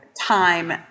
time